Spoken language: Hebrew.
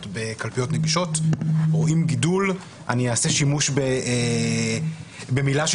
בקלפיות נגישות רואים גידול אני אעשה שימוש במילה של